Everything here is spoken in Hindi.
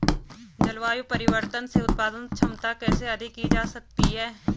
जलवायु परिवर्तन से उत्पादन क्षमता कैसे अधिक की जा सकती है?